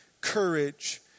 courage